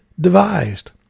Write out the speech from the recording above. devised